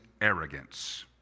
arrogance